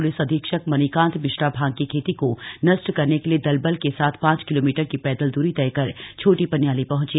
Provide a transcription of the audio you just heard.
लिस अधीक्षक मणिकांत मिश्रा भांग की खेती को नष्ट करने के लिए दलबल के साथ ांच किलोमीटर की दल दूरी तय कर छोटी न्याली हंचे